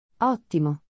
Ottimo